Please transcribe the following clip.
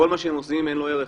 כל מה שהם עושים, אין לו ערך.